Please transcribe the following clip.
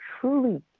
truly